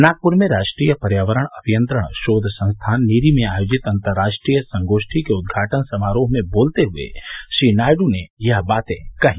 नागपुर में राष्ट्रीय पर्यावरण अभियंत्रण शोध संस्थान नीरी में आयोजित अंतर्राष्ट्रीय संगोष्ठी के उदघाटन समारोह में बोलते हुए श्री नायड् ने यह बातें कहीं